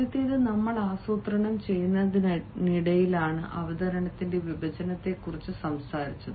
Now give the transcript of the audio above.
ആദ്യത്തേത് നമ്മൾ ആസൂത്രണം ചെയ്യുന്നതിനിടയിലാണ് അവതരണത്തിന്റെ വിഭജനത്തെക്കുറിച്ച് സംസാരിച്ചത്